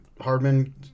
Hardman